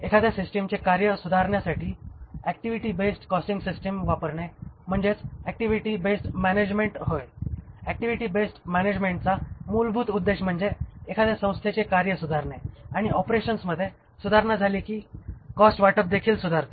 एखाद्या सिस्टमचे कार्य सुधारण्यासाठी ऍक्टिव्ही बेस्ड कॉस्टिंग सिस्टम वापरणे म्हणजेच ऍक्टिव्ही बेस्ड मॅनेजमेंट होय ऍक्टिव्हीटी बेस्ड मॅनेजमेंटचा मूलभूत उद्देश म्हणजे एखाद्या संस्थेचे कार्य सुधारणे आणि ऑपरेशन्समध्ये सुधारणा झाली की कॉस्ट वाटपदेखील सुधारते